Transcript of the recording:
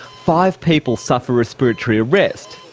five people suffer respiratory arrest,